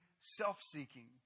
self-seeking